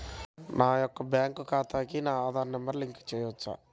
నా యొక్క బ్యాంక్ ఖాతాకి నా ఆధార్ నంబర్ లింక్ చేయవచ్చా?